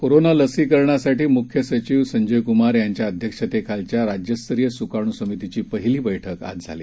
कोरोनालसीकरणासाठीमुख्यसचिवसंजयकुमारयांच्याअध्यक्षतेखालच्याराज्यस्तरीयसुकाणूसमितीचीपहिलीबैठकआजझाली